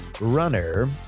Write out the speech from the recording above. Runner